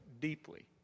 deeply